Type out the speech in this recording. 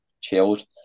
chilled